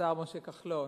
השר משה כחלון.